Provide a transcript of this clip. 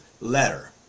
letter